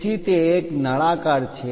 તેથી તે એક નળાકાર છે